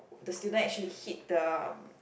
the student actually hit the